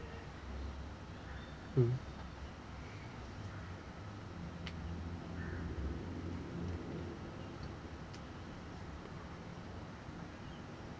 mm